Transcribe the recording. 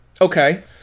Okay